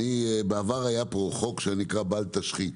בעבר היה פה חוק שנקרא "בל תשחית"